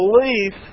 belief